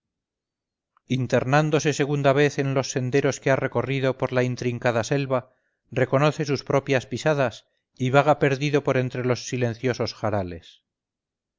internándose segunda vez en los senderos que ha recorrido por la intrincada selva reconoce sus propias pisadas y vaga perdido por entre los silenciosos jarales